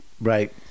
Right